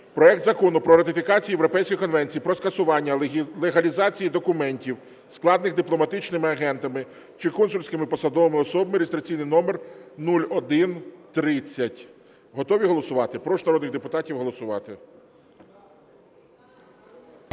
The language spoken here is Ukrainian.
проект Закону про ратифікацію Європейської конвенції про скасування легалізації документів, складених дипломатичними агентами чи консульськими посадовими особами (реєстраційний номер 0130). Готові голосувати? Прошу народних депутатів голосувати.